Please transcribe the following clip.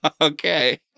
okay